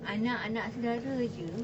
anak-anak saudara jer